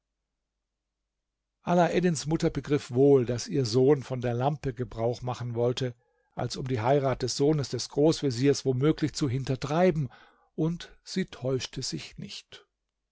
mutter begriff wohl daß ihr sohn von der lampe gebrauch machen wollte um die heirat des sohnes des großveziers womöglich zu hintertreiben und sie täuschte sich nicht